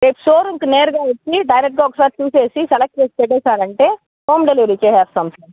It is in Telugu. రేపు షో రుముకి నేరుగా వచ్చి డైరెక్ట్గా ఒకసారి చూసేసి సెలెక్ట్ చేసి పెట్టేసారంటే హోమ్ డెలివరీ చేసేస్తాం సార్